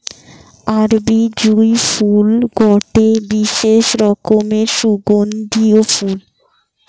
আরবি জুঁই ফুল গটে বিশেষ রকমের সুগন্ধিও ফুল